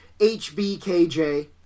HBKJ